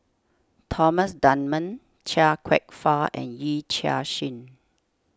Thomas Dunman Chia Kwek Fah and Yee Chia Hsing